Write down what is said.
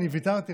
אני ויתרתי,